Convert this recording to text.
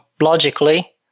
logically